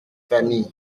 famille